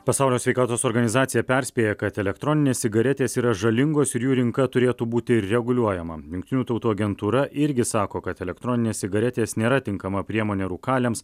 pasaulio sveikatos organizacija perspėja kad elektroninės cigaretės yra žalingos ir jų rinka turėtų būti reguliuojama jungtinių tautų agentūra irgi sako kad elektroninės cigaretės nėra tinkama priemonė rūkaliams